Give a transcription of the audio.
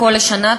הכול לשנה.